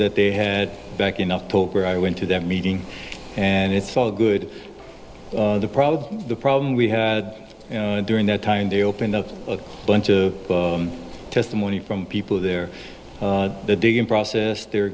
that they had back in october i went to that meeting and it's all good the problem the problem we had during that time they opened up a bunch of testimony from people there that dig in process they're